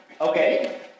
Okay